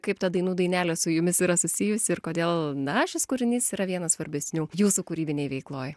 kaip ta dainų dainelė su jumis yra susijusi ir kodėl na šis kūrinys yra vienas svarbesnių jūsų kūrybinėj veikloj